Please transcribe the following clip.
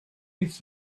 its